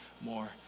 more